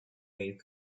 eighth